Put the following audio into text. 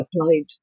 applied